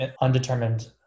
undetermined